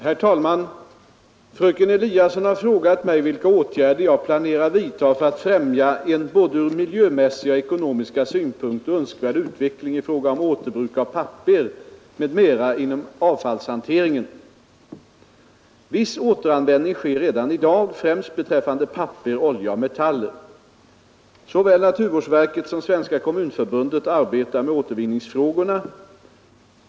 Herr talman! Fröken Eliasson har frågat mig vilka åtgärder jag planerar vidta för att främja en ur både miljömässiga och ekonomiska synpunkter önskvärd utveckling i fråga om återbruk av papper m.m. inom avfallshanteringen. Viss återanvändning sker redan i dag, främst beträffande papper, olja och metaller. Såväl naturvårdsverket som Svenska kommunförbundet arbetar med återvinningsfrågorna.